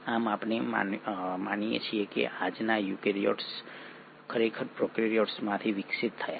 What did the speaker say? આમ આપણે માનીએ છીએ કે આજના યુકેરીયોટ્સ ખરેખર પ્રોકેરીયોટ્સમાંથી વિકસિત થયા છે